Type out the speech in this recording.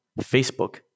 Facebook